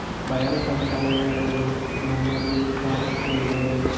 ಬಯಲು ಶೌಚಾಲಯಗಳು ನಮ್ಮಲ್ಲಿ ಬಹಳಷ್ಟು ಇದೆ